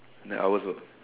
the hours worked